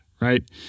right